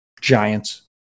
Giants